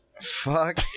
fuck